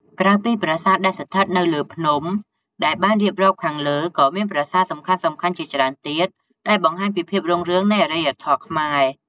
ក្រៅពីប្រាសាទដែលស្ថិតនៅលើភ្នំដែលបានរៀបរាប់ខាងលើ ក៏មានប្រាសាទសំខាន់ៗជាច្រើនទៀតដែលបង្ហាញពីភាពរុងរឿងនៃអរិយធម៌ខ្មែរ។